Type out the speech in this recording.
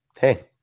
Hey